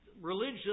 Religion